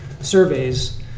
surveys